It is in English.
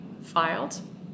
filed